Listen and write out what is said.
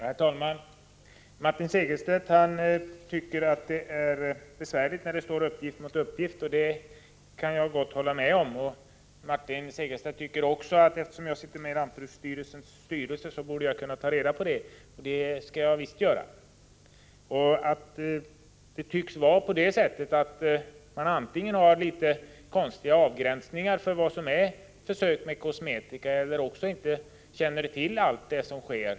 Herr talman! Martin Segerstedt tycker att det är besvärligt när uppgift står mot uppgift. Det kan jag hålla med om. Martin Segerstedt anser vidare att eftersom jag sitter med i lantbruksstyrelsens styrelse borde jag kunna ta reda på detta. Det skall jag gärna göra. Det tycks vara på det sättet att man antingen har litet konstiga avgränsningar för vad som är försök med kosmetika eller också känner man inte till allt som sker.